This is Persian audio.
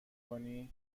کنی